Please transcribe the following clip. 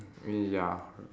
I mean ya